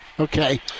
Okay